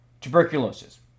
Tuberculosis